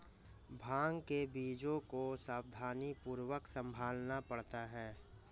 भांग के बीजों को सावधानीपूर्वक संभालना पड़ता है